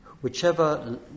whichever